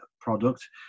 product